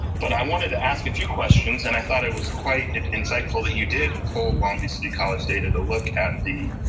but i wanted to ask a few questions, and i thought it was and insightful that you did pull long beach city college data to look at the